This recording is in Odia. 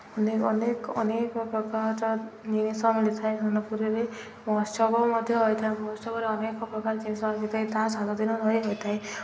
ଅନେକ ଅନେକ ପ୍ରକାର ଜିନିଷ ମିଳିଥାଏ ସୋନପୁରରେ ମହୋତ୍ସବ ମଧ୍ୟ ହୋଇଥାଏ ମହୋତ୍ସବରେ ଅନେକ ପ୍ରକାର ଜିନିଷ ରହିଥାଏ ତାହା ସାତ ଦିନ ଧରି ହୋଇଥାଏ